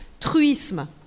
Truisme